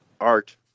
art